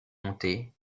montée